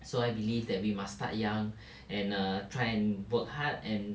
so I believe that we must start young and err try and work hard and